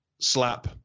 slap